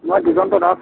মই দিগন্ত দাস